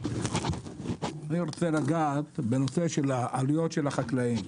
אני רוצה לגעת בנושא של העלויות של החקלאים,